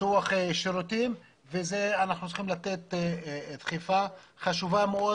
פיתוח שירותים ואנחנו צריכים לתת דחיפה חשובה מאוד